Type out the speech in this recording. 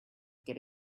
get